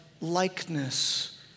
likeness